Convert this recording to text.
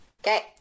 Okay